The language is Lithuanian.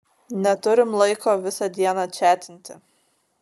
neturim laiko visą dieną čiatinti